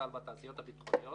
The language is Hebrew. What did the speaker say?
צה"ל והתעשיות הביטחוניות,